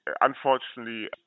Unfortunately